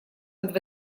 под